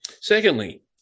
Secondly